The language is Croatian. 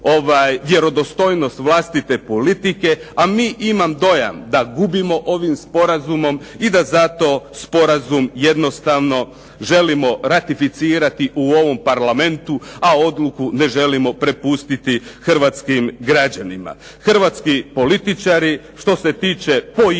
vjerodostojnost vlastite politike, a mi imam dojam da gubimo ovim sporazumom i da zato sporazum jednostavno želimo ratificirati u ovom Parlamentu, a odluku ne želimo prepustiti hrvatskim građanima. Hrvatski političari, što se tiče poimanja